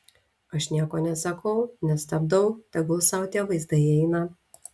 aš nieko nesakau nestabdau tegul sau tie vaizdai eina